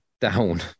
down